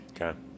Okay